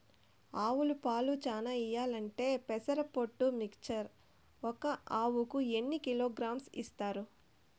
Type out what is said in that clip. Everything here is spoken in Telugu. ఆవులు పాలు చానా ఇయ్యాలంటే పెసర పొట్టు మిక్చర్ ఒక ఆవుకు ఎన్ని కిలోగ్రామ్స్ ఇస్తారు?